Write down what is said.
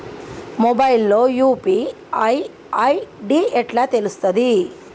Mobile లో UPI ID ఎట్లా తెలుస్తది?